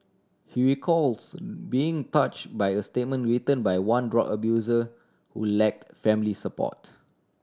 he recalls being touch by a statement written by one drug abuser who lacked family support